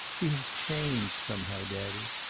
he has changed somehow, daddy.